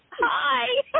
Hi